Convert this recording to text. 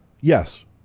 yes